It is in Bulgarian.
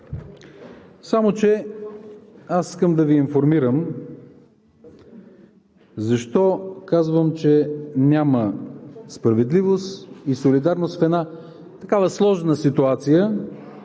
Само че аз искам да Ви информирам защо казвам, че няма справедливост и солидарност в една такава сложна ситуация,